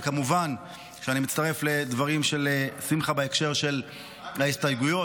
וכמובן שאני מצטרף לדברים של שמחה בהקשר של ההסתייגויות.